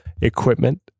equipment